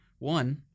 One